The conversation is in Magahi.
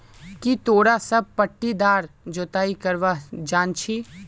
की तोरा सब पट्टीदार जोताई करवा जानछी